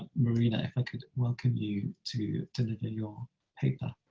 marina, if i could welcome you to to deliver your paper.